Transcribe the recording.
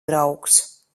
draugs